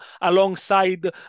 alongside